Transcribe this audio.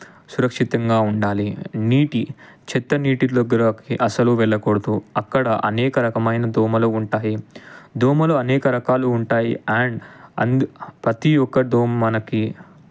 సురక్షితంగా ఉండాలి నీటి చెత్త నీటి దగ్గరకి అసలు వెళ్ళకూడదు అక్కడ అనేక రకమయిన దోమలు ఉంటాయి దోమలు అనేక రకాలు ఉంటాయి అండ్ అందు ప్రతి ఒక దోమ మనకి